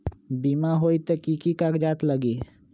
बिमा होई त कि की कागज़ात लगी?